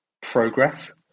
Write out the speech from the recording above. progress